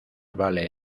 vale